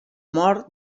mort